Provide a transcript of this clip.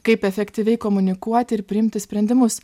kaip efektyviai komunikuoti ir priimti sprendimus